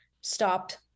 stopped